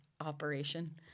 operation